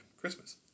Christmas